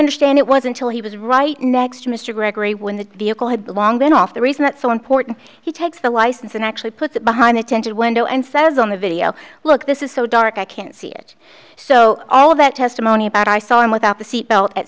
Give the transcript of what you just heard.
understand it was until he was right next to mr gregory when the vehicle had long been off the reason that so important he takes the license and actually put it behind it tended window and says on the video look this is so dark i can't see it so all of that testimony about i saw him without the seat belt at